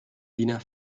wiener